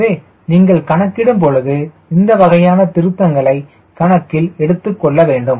எனவே நீங்கள் கணக்கிடும் பொழுது இந்த வகையான திருத்தங்களை கணக்கில் எடுத்துக் கொள்ள வேண்டும்